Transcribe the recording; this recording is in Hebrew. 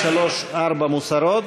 3 ו-4 מוסרות,